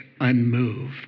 unmoved